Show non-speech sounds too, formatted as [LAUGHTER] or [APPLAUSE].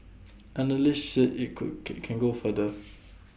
analysts say IT could can can go further [NOISE]